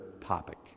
topic